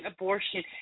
abortion